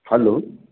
hello